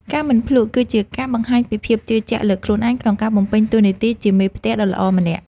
ការមិនភ្លក្ស គឺជាការបង្ហាញពីភាពជឿជាក់លើខ្លួនឯងក្នុងការបំពេញតួនាទីជាមេផ្ទះដ៏ល្អម្នាក់។